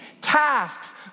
tasks